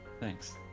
Thanks